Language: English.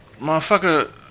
Motherfucker